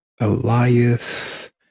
Elias